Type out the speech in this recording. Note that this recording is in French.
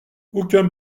aucun